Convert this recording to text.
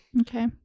Okay